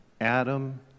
Adam